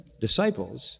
disciples